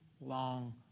long